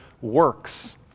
works